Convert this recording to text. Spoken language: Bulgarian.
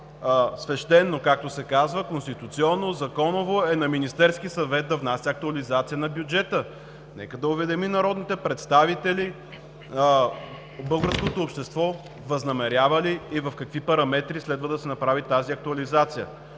свещено, както се казва, конституционно, законово е на Министерския съвет да внася актуализация на бюджета. Нека да уведоми народните представители, българското общество, възнамерява ли и в какви параметри следва да се направи тази актуализация.